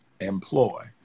employ